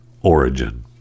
origin